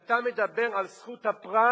כשאתה מדבר על זכות הפרט,